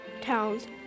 towns